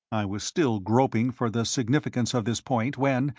i was still groping for the significance of this point when,